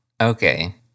Okay